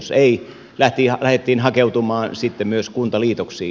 jos ei lähdettiin hakeutumaan sitten myös kuntaliitoksiin